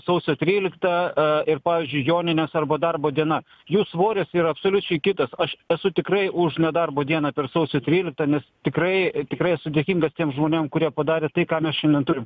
sausio trylikta ir pavyzdžiui joninės arba darbo diena jų svoris yra absoliučiai kitas aš esu tikrai už nedarbo dieną per sausio tryliktą nes tikrai tikrai esu dėkingas tiems žmonėms kurie padarė tai ką mes šiandien turim